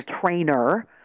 trainer